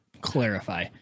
clarify